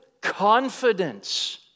confidence